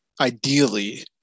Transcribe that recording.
ideally